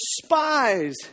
despise